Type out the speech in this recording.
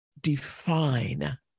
define